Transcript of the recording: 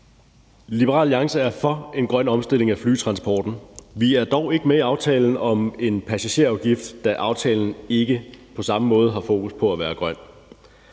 Liberal Alliance er for en grøn omstilling af flytransporten. Vi er dog ikke med i aftalen om en passagerafgift, da aftalen ikke på samme måde har fokus på at være grøn.